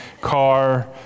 car